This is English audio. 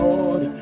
Lord